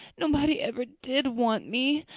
nobody ever did want me.